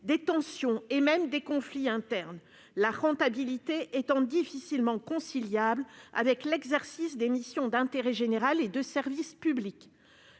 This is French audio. des tensions et même des conflits internes, la rentabilité étant difficilement conciliable avec l'exercice de missions d'intérêt général et de service public.